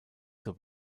zur